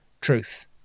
truth